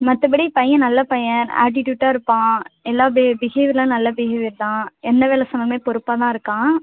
மற்றபடி பையன் நல்ல பையன் ஆட்டிடுயூட்டாக இருப்பான் எல்லா பிஹே பிஹேவியர்லாம் நல்ல பிஹேவியர் தான் எந்த வேலை சொன்னாலுமே பொறுப்பாகதான் இருக்கான்